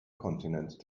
kontinent